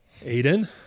Aiden